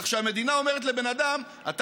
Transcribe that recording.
כך שהמדינה אומרת לבן אדם: אתה,